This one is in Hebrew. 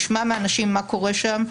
ישמע מאנשים מה קורה שם.